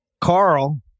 Carl